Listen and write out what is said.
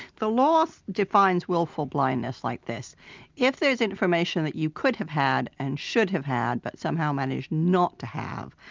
the law defines willful blindness like this if there's information that you could have had and should have had but somehow managed not to have,